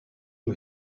you